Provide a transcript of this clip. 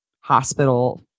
hospital